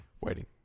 Waiting